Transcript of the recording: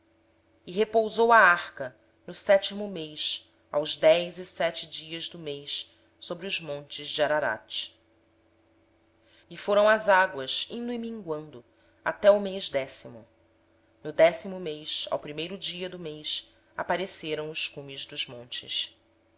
dias começaram a minguar no sétimo mês no dia dezessete do mês repousou a arca sobre os montes de arará e as águas foram minguando até o décimo mês no décimo mês no primeiro dia do mês apareceram os cumes dos montes